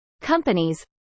companies